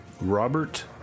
Robert